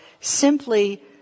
simply